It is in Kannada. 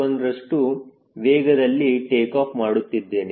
1ರಷ್ಟು ವೇಗದಲ್ಲಿ ಟೇಕಾಫ್ ಮಾಡುತ್ತಿದ್ದೇನೆ